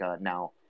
now